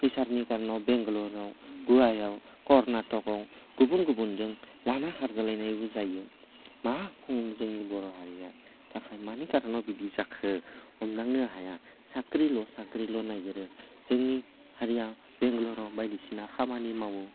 फैसानि कारनाव बेंगालराव गवायाव कर्नाटकआव गुबुन गुबुनजों लाना खारजालायनायबो जायो मा बुंनो जोंनि बर' हारिया मानि थाखाय मानि कारनाव बिदि जाखो हमदांनो हाया साक्रिल' साक्रिल' नागिरो जोंनि हारिया बेंगलराव बायदिसिना खामानि मावो